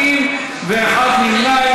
50 בעד, 21 מתנגדים ואחד נמנע.